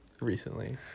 recently